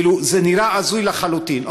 זה נראה הזוי לחלוטין.